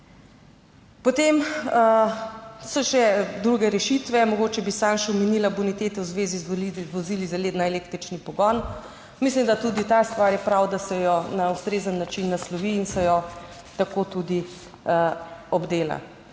Potem so še druge rešitve, mogoče bi samo še omenila bonitete v zvezi z vozili na električni pogon. Mislim, da tudi ta stvar je prav, da se jo na ustrezen način naslovi in se jo tako tudi obdela.